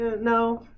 no